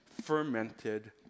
fermented